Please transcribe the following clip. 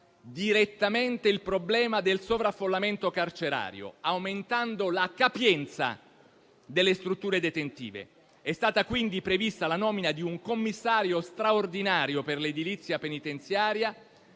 qualificante - il problema del sovraffollamento carcerario, aumentando la capienza delle strutture detentive. È stata quindi prevista la nomina di un commissario straordinario per l'edilizia penitenziaria,